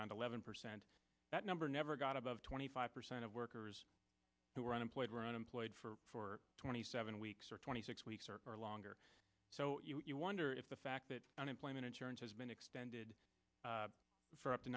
around eleven percent that number never got above twenty five percent of workers who were unemployed were unemployed for for twenty seven weeks or twenty six weeks or longer so you wonder if the fact that unemployment insurance has been extended for up to